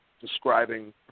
describing